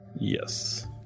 Yes